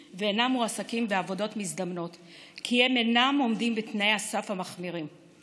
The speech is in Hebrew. ומועסקים בעבודות מזדמנות כי הם אינם עומדים בתנאי הסף המחמירים.